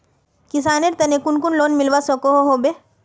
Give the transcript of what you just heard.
किसानेर केते कुन कुन लोन मिलवा सकोहो होबे?